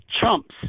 chumps